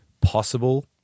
possible